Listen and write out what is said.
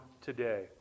today